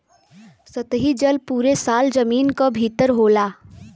सतही जल पुरे साल जमीन क भितर होला